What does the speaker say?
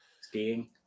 Skiing